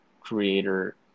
creator